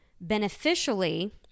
beneficially